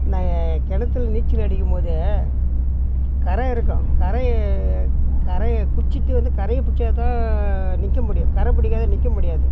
நாங்கள் கிணத்துல நீச்சல் அடிக்கும் போது கரை இருக்கும் கரை கரையை பிடிச்சிட்டு வந்து கரையை பிடிச்சா தான் நிற்க முடியும் கரை பிடிக்காத நிற்க முடியாது